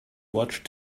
watched